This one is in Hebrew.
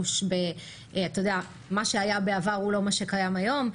מה שהיה בעבר הוא לא מה שקיים היום.